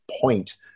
point